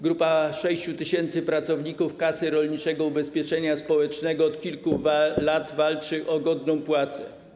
Grupa 6 tys. pracowników Kasy Rolniczego Ubezpieczenia Społecznego od kilku lat walczy o godną płacę.